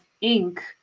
ink